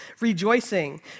Rejoicing